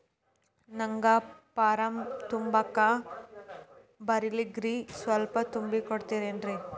ನಂಗ ಫಾರಂ ತುಂಬಾಕ ಬರಂಗಿಲ್ರಿ ಸ್ವಲ್ಪ ತುಂಬಿ ಕೊಡ್ತಿರೇನ್ರಿ?